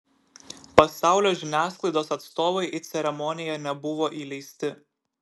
pasaulio žiniasklaidos atstovai į ceremoniją nebuvo įleisti